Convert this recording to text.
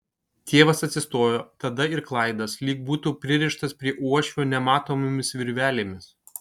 tėvas atsistojo tada ir klaidas lyg būtų pririštas prie uošvio nematomomis virvelėmis